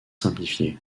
simplifiée